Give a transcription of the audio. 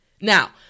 Now